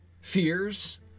fears